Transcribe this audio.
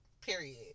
Period